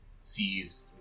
sees